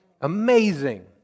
Amazing